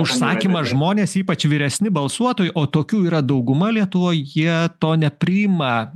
užsakymą žmonės ypač vyresni balsuotojai o tokių yra dauguma lietuvoj jie to nepriima